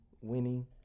winning